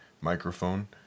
microphone